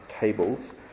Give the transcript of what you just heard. tables